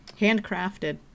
Handcrafted